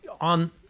on